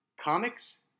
comics